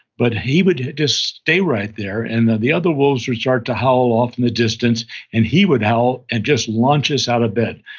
but he would just stay right there and the the other wolves would start to howl off in the distance and he would howl and just launch us out of bed.